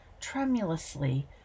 tremulously